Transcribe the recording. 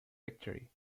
victory